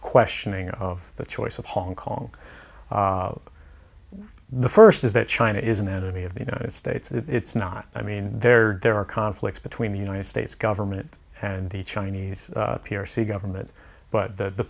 questioning of the choice of hong kong the first is that china is an enemy of the united states that it's not i mean there there are conflicts between the united states government and the chinese p r c government but the